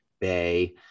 bay